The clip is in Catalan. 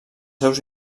seus